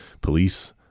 police